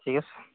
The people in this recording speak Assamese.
ঠিক আছে